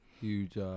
Huge